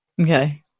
Okay